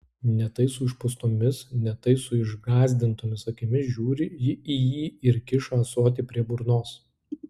ne tai su išpūstomis ne tai su išgąsdintomis akimis žiūri ji į jį ir kiša ąsotį prie burnos